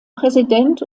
präsident